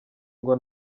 ngo